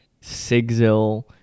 Sigzil